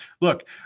look